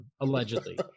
allegedly